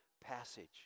passage